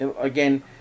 Again